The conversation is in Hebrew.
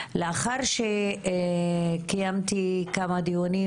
לאחר שקיימתי כמה דיונים,